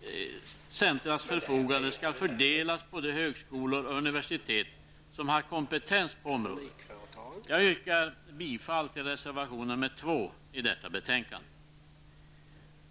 arbetslivscentrums förfogande skall fördelas på de högskolor och univeristet som har kompetens på området. Jag yrkar bifall till reservation nr 2 till detta betänkande.